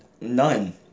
None